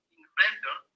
inventor